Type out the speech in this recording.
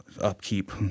upkeep